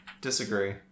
Disagree